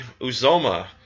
Uzoma